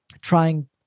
trying